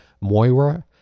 Moira